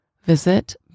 Visit